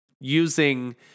using